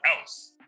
else